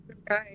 Okay